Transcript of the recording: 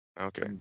okay